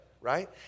right